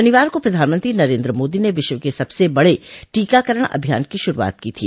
शनिवार को प्रधानमंत्री नरेंद्र मोदी ने विश्व के सबसे बड़े टीकाकरण अभियान की शुरूआत की थी